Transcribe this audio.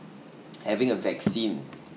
having a vaccine